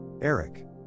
Eric